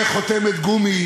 חותמת גומי